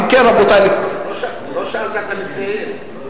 לא שאלת את המציעים.